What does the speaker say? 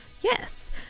Yes